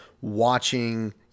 watching